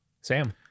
Sam